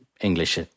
English